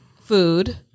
food